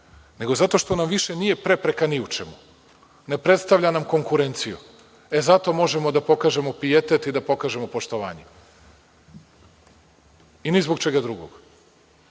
nego zato što nam više nije prepreka ni u čemu, ne predstavlja nam konkurenciju. E, zato možemo da pokažemo pijete i da pokažemo poštovanje i ni zbog čega drugog.